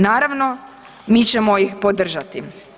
Naravno, mi ćemo ih podržati.